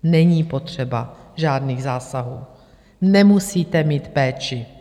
Není potřeba žádných zásahů, nemusíte mít péči.